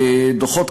דוחות,